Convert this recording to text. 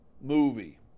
movie